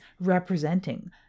representing